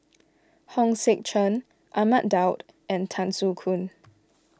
Hong Sek Chern Ahmad Daud and Tan Soo Khoon